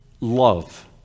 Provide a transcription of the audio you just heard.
love